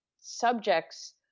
subjects